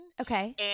Okay